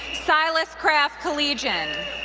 silas craft collegian.